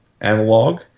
analog